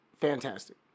fantastic